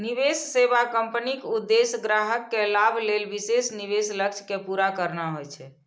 निवेश सेवा कंपनीक उद्देश्य ग्राहक के लाभ लेल विशेष निवेश लक्ष्य कें पूरा करना होइ छै